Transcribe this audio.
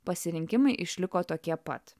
pasirinkimai išliko tokie pat